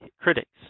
critics